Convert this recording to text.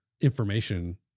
information